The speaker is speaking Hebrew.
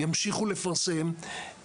ימשיכו לפרסם,